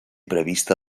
prevista